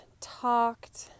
talked